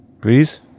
Please